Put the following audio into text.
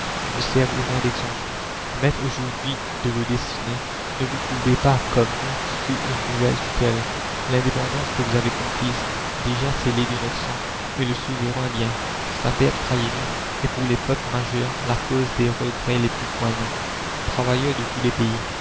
vous serve au moins d'exemple maîtres aujourd'hui de vos destinées ne vous courbez pas comme nous sous une nouvelle tutelle l'indépendance que vous avez conquise déjà scellée de notre sang est le souverain bien sa perte croyeznous est pour les peuples majeurs la cause des regrets les plus poignants travailleurs de tous les pays